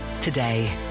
today